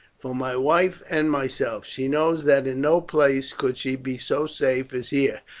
for my wife and myself. she knows that in no place could she be so safe as here,